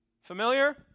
Familiar